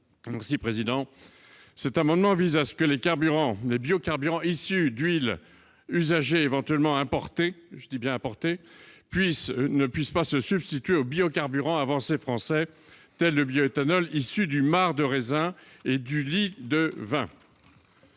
rectifié. Cet amendement vise à ce que les biocarburants issus d'huiles usagées éventuellement importées- je dis bien « importées » -ne puissent pas se substituer aux biocarburants avancés français, tels que le bioéthanol issu de marcs de raisins et de lies de vin.